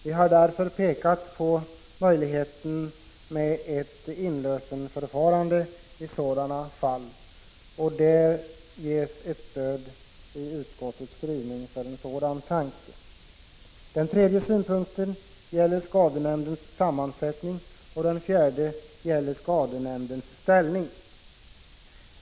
Vi har därför pekat på möjligheten av ett inlösenförfarande, och det ges stöd för en sådan tanke i utskottets skrivning. Den tredje synpunkten gäller skadenämndens sammansättning och den fjärde skadenämndens ställning.